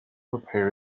prepare